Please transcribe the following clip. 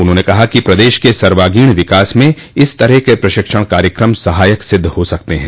उन्होंने कहा कि प्रदेश के सर्वांगीण विकास में इस तरह के प्रशिक्षण कार्यक्रम सहायक सिद्ध हो सकते हैं